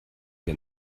der